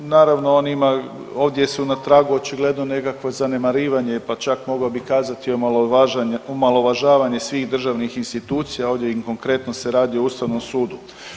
Naravno on ima, ovdje su na tragu očigledno nekakve zanemarivanje pa čak mogao bi i kazati omalovažavanje svih državnih institucija, ovdje i konkretno se radi o Ustavnom sudu.